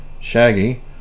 shaggy